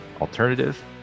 alternative